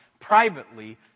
privately